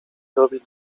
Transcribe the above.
robi